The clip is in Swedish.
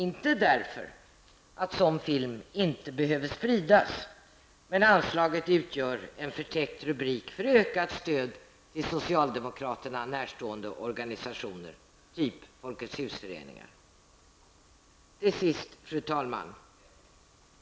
Inte därför att sådan film inte behöver spridas, men anslaget utgör en förtäckt rubrik för ökat stöd till socialdemokraterna närstående organisationer, typ folketshusföreningar. Till sist, fru talman!